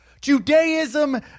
Judaism